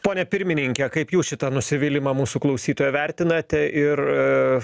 pone pirmininke kaip jūs šitą nusivylimą mūsų klausytojo vertinate ir